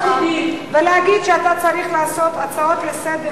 ולהגיד שאתה צריך לעשות הצעות לסדר